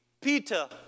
Peter